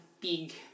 big